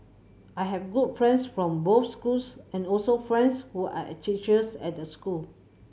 I have good friends from both schools and also friends who are a teachers at the school